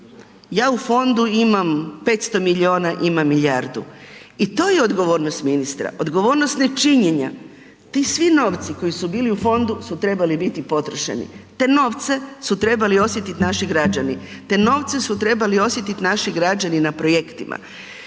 ja u fondu imam 500 miliona, imam milijardu i to je odgovornost ministra. Odgovornost nečinjenja. Ti svi novci koji su bili u fondu su trebali biti potrošeni. Te novce su trebali osjetit naši građani, te novce su trebali osjetit naši građani na projektima.